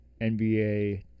NBA